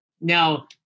Now